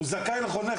הוא זכאי לחונך.